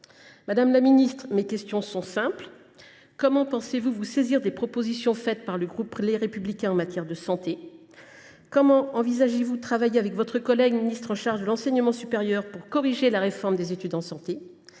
Madame la ministre, mes questions sont simples. Comment pensez vous vous saisir des propositions faites par le groupe Les Républicains du Sénat en matière de santé ? Comment envisagez vous de travailler avec votre collègue ministre chargé de l’enseignement supérieur pour corriger la réforme des études de santé ?